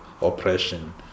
oppression